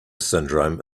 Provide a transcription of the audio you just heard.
syndrome